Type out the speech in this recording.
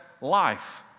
life